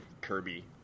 Kirby